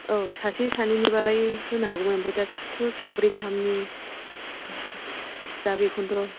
औ सासे सानैनिबालाय होनो हागौमोन आमफ्राय दाथ' साब्रै गाहामनि दा बेखौनोथ'